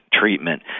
treatment